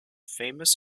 famous